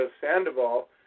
Sandoval